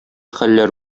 хәлләр